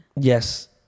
yes